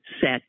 set